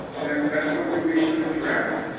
then that's something we should address.